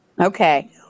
Okay